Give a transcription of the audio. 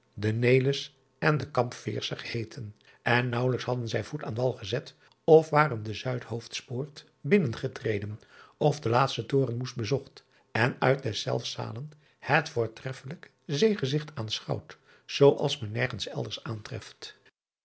en de ampveersche geheeten n naauwelijks hadden zij voet aan wal gezet en waren de uidhoofdspoort binnengetreden of de laatste toren moest bezocht en uit deszelfs zalen het voortreffelijk zeegezigt aanschouwd zoo als men nergens elders aantreft